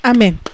Amen